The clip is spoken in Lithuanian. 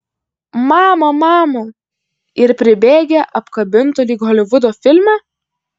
mama mama ir pribėgę apkabintų lyg holivudo filme